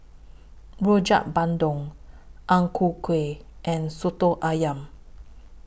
Rojak Bandung Ang Ku Kueh and Soto Ayam